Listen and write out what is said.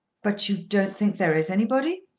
but you don't think there is anybody?